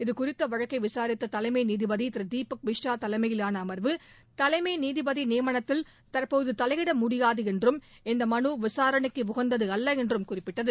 இது குறித்த வழக்கை விசாரித்த தலைமை நீதிபதி திரு தீபக் மிஸ்ரா தலைமையிலான அர்வு தலைமை நீதிபதி நியமனத்தில் தற்போது தலையிட முடியாது என்றும் இந்த மனு விசாரணைக்கு உகந்தது அல்ல என்றும் குறிப்பிட்டது